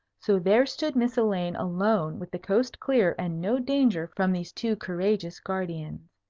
so there stood miss elaine alone, with the coast clear, and no danger from these two courageous guardians.